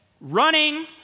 running